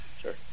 Sure